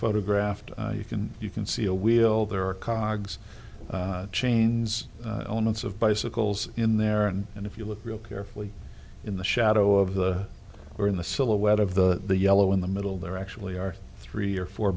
photographed you can you can see a wheel there are coggs chains elements of bicycles in there and and if you look real carefully in the shadow of the or in the silhouette of the yellow in the middle there actually are three or four